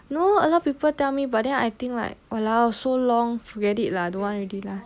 no a lot of people tell me but then I think like !walao! so long forget it lah don't want already lah